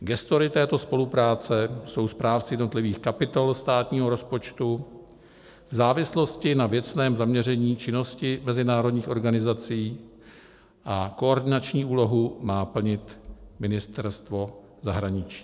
Gestory této spolupráce jsou správci jednotlivých kapitol státního rozpočtu v závislosti na věcném zaměření činnosti mezinárodních organizací a koordinační úlohu má plnit Ministerstvo zahraničí.